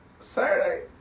Saturday